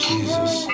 Jesus